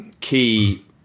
key